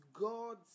God's